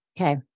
Okay